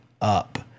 up